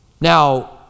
now